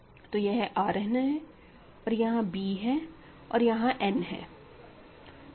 तो यह R n है और यहां b है और यहां n है